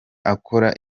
akora